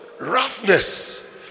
roughness